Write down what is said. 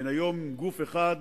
היום הן גוף אחד,